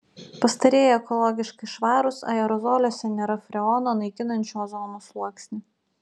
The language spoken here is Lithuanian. pastarieji ekologiškai švarūs aerozoliuose nėra freono naikinančio ozono sluoksnį